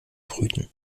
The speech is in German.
brüten